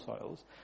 soils